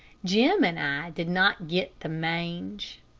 jim and i did not get the mange.